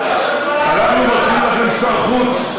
אנחנו מציעים לכם שר חוץ,